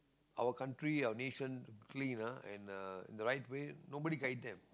our country our nation clean ah and uh the right way nobody guide them